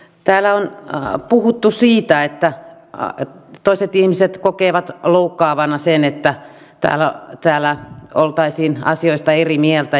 täällä on puhuttu siitä että toiset ihmiset kokevat loukkaavana sen että täällä oltaisiin asioista eri mieltä